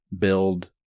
build